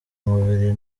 mubiri